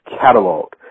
catalog